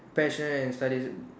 passionate in studies